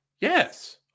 Yes